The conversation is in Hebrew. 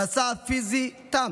המסע הפיזי תם.